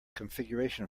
configuration